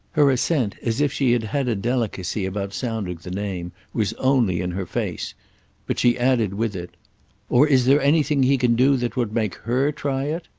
her assent, as if she had had a delicacy about sounding the name, was only in her face but she added with it or is there anything he can do that would make her try it?